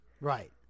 Right